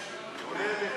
85, כולל לחלופין,